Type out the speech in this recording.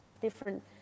different